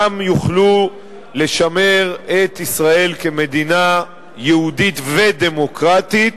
גם יוכלו לשמר את ישראל כמדינה יהודית ודמוקרטית,